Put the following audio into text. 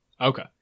Okay